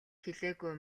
хэлээгүй